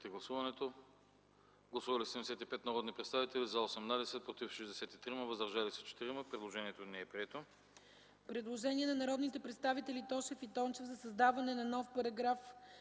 Гласували 76 народни представители: за 74, против няма, въздържали се 2. Предложението е прието.